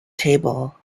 table